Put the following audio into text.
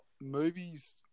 movies